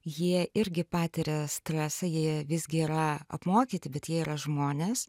jie irgi patiria stresą jie visgi yra apmokyti bet jie yra žmonės